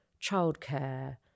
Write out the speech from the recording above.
childcare